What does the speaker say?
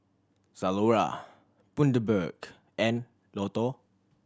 Zalora Bundaberg and Lotto